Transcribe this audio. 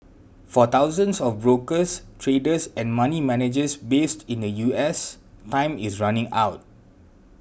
for thousands of brokers traders and money managers based in the US time is running out